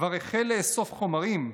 כבר החל לאסוף חומרים,